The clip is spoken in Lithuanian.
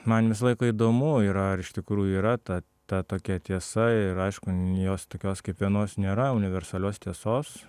man visą laiką įdomu yra ar iš tikrųjų yra ta ta tokia tiesa ir aišku jos tokios kaip vienos nėra universalios tiesos